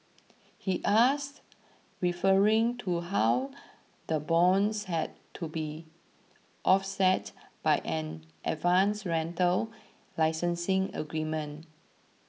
he asked referring to how the bonds had to be offset by an advance rental licensing agreement